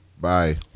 bye